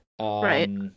Right